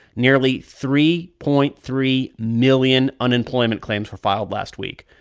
nearly three point three million unemployment claims were filed last week.